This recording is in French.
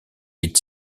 est